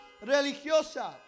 religiosa